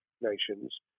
nations